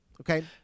okay